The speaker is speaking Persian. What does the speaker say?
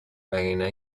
وگرنه